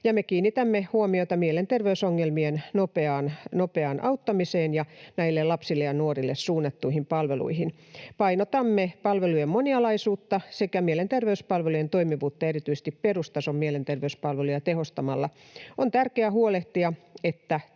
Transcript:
Me kiinnitämme huomiota mielenterveysongelmien nopeaan auttamiseen ja näille lapsille ja nuorille suunnattuihin palveluihin. Painotamme palvelujen monialaisuutta sekä mielenterveyspalvelujen toimivuutta erityisesti perustason mielenterveyspalveluja tehostamalla. On tärkeää huolehtia, että tarvittavat